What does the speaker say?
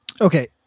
Okay